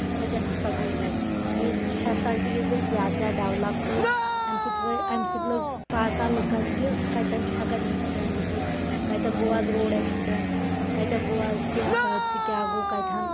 ہوٚتٮ۪ن ہسا گوٚو یہِ یِم فیٚسلٹیٖز ییٚلہِ زیادٕ زیادٕ ڈیٚولَپ گٔے اَمہِ سۭتۍ امہِ سۭتۍ لوٚگ پَتہہ لُکَن کہِ کَتٮ۪ن چھُ ہٮ۪کان اِنسِڈنٛٹ گٔژھتھ کَتٮ۪ن گوٚو آز روڈ ایٚکسِڈنٛٹ کَتتیس گوٚو آز کیٚنٛہہ حٲدثہٕ کیٚاہ گوٚو کَتتیس